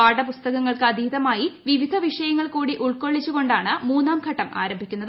പാഠപുസ്തകങ്ങൾക്ക് അതീതമായി വിവിധ വിഷയങ്ങൾ കൂടി ഉൾക്കൊള്ളിച്ചു കൊണ്ടാണ് മൂന്നാം ഘട്ടം ആരംഭിക്കുന്നത്